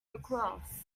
across